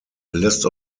list